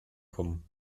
kommen